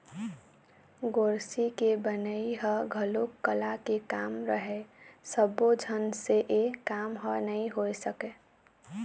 गोरसी के बनई ह घलोक कला के काम हरय सब्बो झन से ए काम ह नइ हो सके